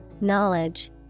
knowledge